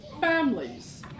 families